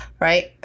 right